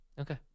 Okay